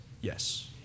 Yes